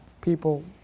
people